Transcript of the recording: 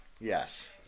Yes